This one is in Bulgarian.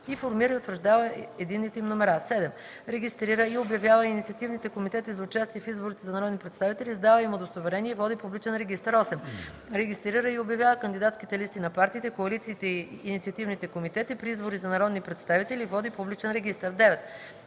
и формира и утвърждава единните им номера; 7. регистрира и обявява инициативните комитети за участие в изборите за народни представители, издава им удостоверения и води публичен регистър; 8. регистрира и обявява кандидатските листи на партиите, коалициите и инициативните комитети при избори за народни представители и води публичен регистър; 9.